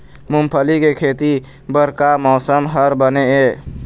मूंगफली के खेती बर का मौसम हर बने ये?